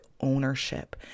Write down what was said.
ownership